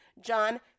John